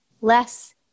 less